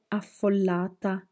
affollata